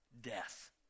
death